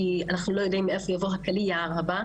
כי אנחנו לא יודעים מאיפה יבוא הקליע הבא.